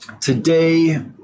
Today